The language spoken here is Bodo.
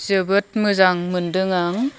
जोबोद मोजां मोनदों आं